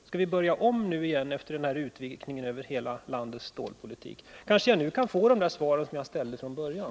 Skall vi börja om nu igen efter den här utvikningen över hela landets stålpolitik? Kanske jag nu kan få svar på de frågor jag ställde från början?